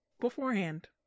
beforehand